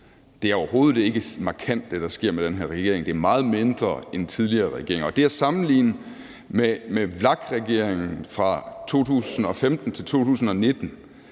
er overhovedet ikke markant; det er meget mindre end med tidligere regeringer. Det at sammenligne med VLAK-regeringen fra 2015 til 2019,